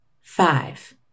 Five